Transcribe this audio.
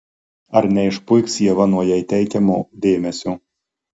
ar neišpuiks ieva nuo jai teikiamo dėmesio